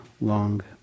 long